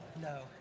No